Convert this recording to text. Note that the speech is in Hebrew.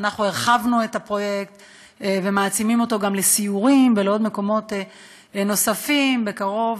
הרחבנו את הפרויקט ומעצימים אותו גם לסיורים ולמקומות נוספים בקרוב.